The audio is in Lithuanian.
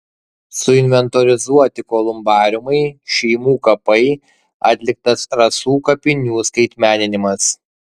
suinventorizuoti kolumbariumai šeimų kapai atliktas rasų kapinių skaitmeninimas